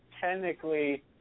technically